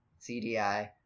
CDI